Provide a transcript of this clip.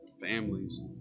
families